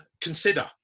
consider